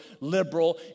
liberal